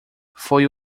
foi